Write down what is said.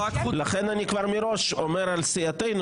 לכן אני כבר מראש אומר על סיעתנו,